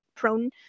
prone